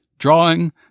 drawing